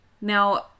Now